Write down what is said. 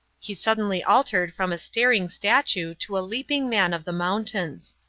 he suddenly altered from a staring statue to a leaping man of the mountains.